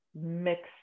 mixed